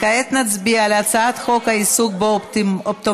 כעת נצביע על הצעת חוק העיסוק באופטומטריה